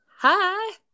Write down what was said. Hi